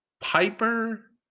Piper